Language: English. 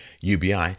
UBI